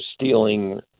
stealing